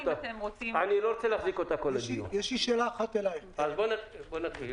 לא רוצה להחזיק אותה כל הדיון, אז שאלות מספר,